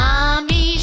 Mommy